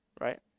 Right